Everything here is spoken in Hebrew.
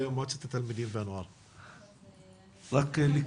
כך נראה לפחות מהבוקר שאני צופה, שומעת, לומדת,